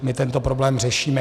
My tento problém řešíme.